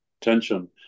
tension